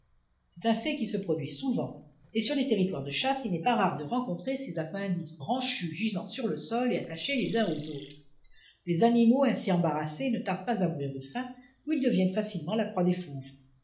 c'est un fait qui se produit souvent et sur les territoires de chasse il n'est pas rare de rencontrer ces appendices branchus gisant sur le sol et attachés les uns aux autres les animaux ainsi embarrassés ne tardent pas à mourir de faim ou ils deviennent facilement la proie des fauves